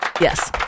Yes